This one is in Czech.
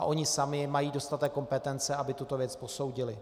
Oni sami mají dostatek kompetence, aby tuto věc posoudili.